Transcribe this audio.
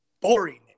boring